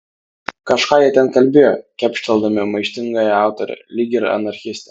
kažką jie ten kalbėjo kepšteldami maištingąją autorę lyg ir anarchistę